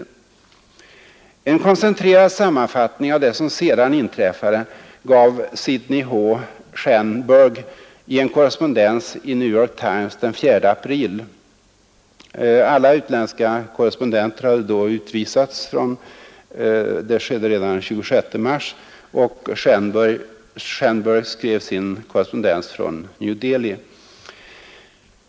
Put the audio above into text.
En koncentrerad sammanfattning av det som sedan inträffade gav Sydney H. Schanberg i en korrespondens i New York Times den 4 april. Alla utländska korrespondenter hade utvisats från Östbengalen redan den 26 mars, och Schanberg skrev sin korrespondens från Dew Delhi.